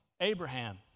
Abraham